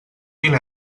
mil